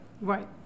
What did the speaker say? Right